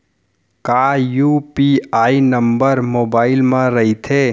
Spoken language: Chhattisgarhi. का यू.पी.आई नंबर मोबाइल म रहिथे?